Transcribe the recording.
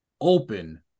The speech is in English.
open